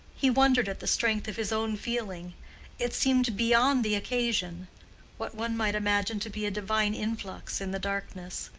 he wondered at the strength of his own feeling it seemed beyond the occasion what one might imagine to be a divine influx in the darkness,